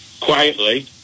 quietly